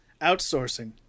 Outsourcing